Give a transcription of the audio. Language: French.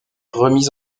remis